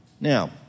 Now